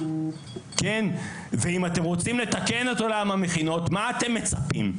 אם אתם רוצים לתקן את עולם המכינות מה אתם מצפים?